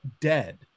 dead